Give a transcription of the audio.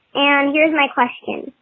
ah and here's my question.